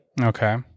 Okay